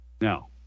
Now